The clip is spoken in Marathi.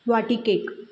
वाटी केक